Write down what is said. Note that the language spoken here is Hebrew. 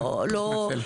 אה, מתנצל.